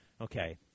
Okay